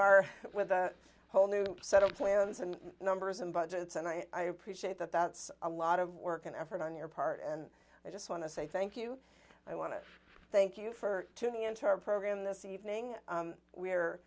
are with a whole new set of plans and numbers and budgets and i appreciate that that's a lot of work and effort on your part and i just want to say thank you i want to thank you for tuning into our program this evening